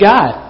God